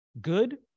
good